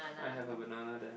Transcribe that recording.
I have a banana there